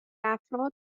افراد